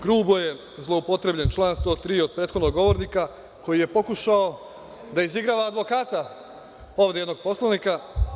Grubo je zloupotrebljen član 103. od prethodnog govornika koji je pokušao da izigrava advokata ovde jednog poslanika.